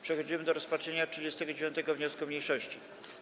Przechodzimy do rozpatrzenia 39. wniosku mniejszości.